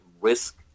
risk